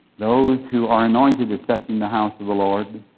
those who are anointed as such in the house of the lord,